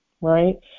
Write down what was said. right